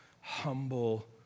humble